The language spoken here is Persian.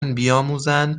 بیاموزند